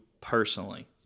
personally